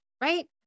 right